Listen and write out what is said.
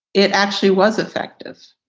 it actually was effective.